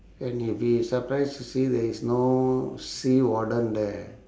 and you'd be surprised to see there is no sea warden there